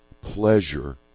pleasure